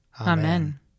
Amen